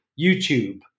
YouTube